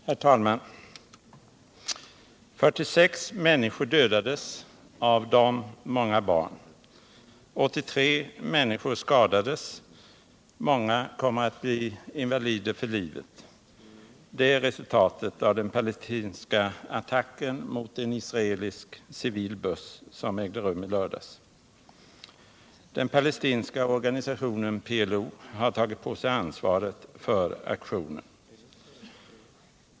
Herr talman! 46 människor dödades — av dem många barn. 83 människor skadades, många kommer att bli invalider för livet. Det är resultatet av den palestinska attacken mot en israelisk, civil buss som ägde rum i lördags. Den palestinska organisationen PLO har tagit på sig ansvaret för aktionen.